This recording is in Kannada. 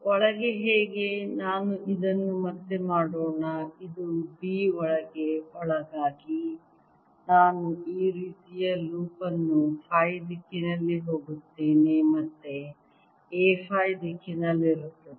ಒಳಗೆ ಹೇಗೆ ನಾನು ಇದನ್ನು ಮತ್ತೆ ಮಾಡೋಣ ಇದು B ಒಳಗೆ ಒಳಗಾಗಿ ನಾನು ಈ ರೀತಿಯ ಲೂಪ್ ಅನ್ನು ಫೈ ದಿಕ್ಕಿನಲ್ಲಿ ಹೋಗುತ್ತೇನೆ ಮತ್ತೆ A ಫೈ ದಿಕ್ಕಿನಲ್ಲಿರುತ್ತದೆ